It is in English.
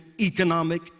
economic